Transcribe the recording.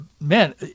man